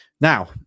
Now